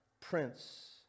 Prince